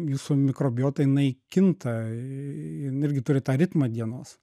jūsų mikrobiota jinai kinta jin irgi turi tą ritmą dienos